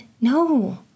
no